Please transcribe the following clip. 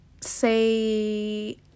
say